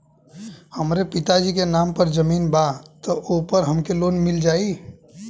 हमरे पिता जी के नाम पर जमीन बा त ओपर हमके लोन मिल जाई?